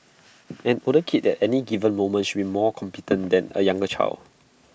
an older kid at any given moment should be more competent than A younger child